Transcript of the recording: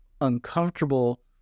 uncomfortable